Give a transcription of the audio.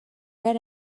read